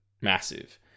massive